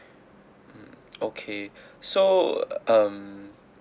mm okay so um